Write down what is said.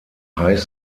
high